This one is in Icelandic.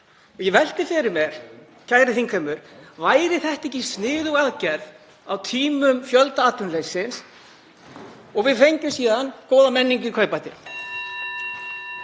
Ég velti fyrir mér: Kæri þingheimur. Væri þetta ekki sniðug aðgerð á tímum fjöldaatvinnuleysis og við fengjum síðan góða menningu í kaupbæti?